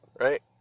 right